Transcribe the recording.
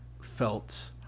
felt